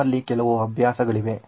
ನಮ್ಮಲ್ಲಿ ಕೆಲವು ಅಭ್ಯಾಸಗಳಿವೆ